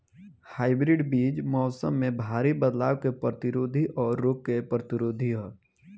hybrid बीज मौसम में भारी बदलाव के प्रतिरोधी और रोग प्रतिरोधी ह